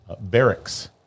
barracks